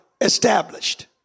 established